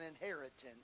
inheritance